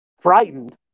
frightened